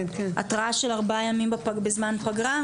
הדיון יתקיים ביום רביעי, בשעה תשע בבוקר.